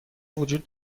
وجود